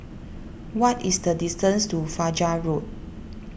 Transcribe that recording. what is the distance to Fajar Road